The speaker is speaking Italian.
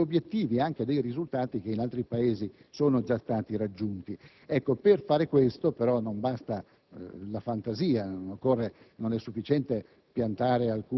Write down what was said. con molta titubanza degli obiettivi e anche dei risultati che in altri Paesi sono stati già raggiunti. Per fare questo non basta